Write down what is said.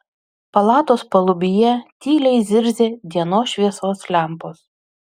palatos palubyje tyliai zirzė dienos šviesos lempos